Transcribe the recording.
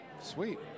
Sweet